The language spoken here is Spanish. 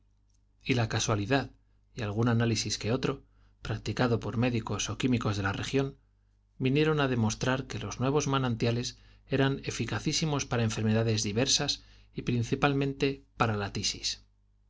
y la casualidad y algún análisis que otro practi cado ppr médicos ó químicos de la región vinieron á demostrar que los nuevos manantiales eran eficací simos para enfermedades diversas y principalmente para la tisis